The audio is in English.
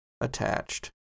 attached